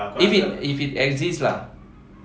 if it if it exist lah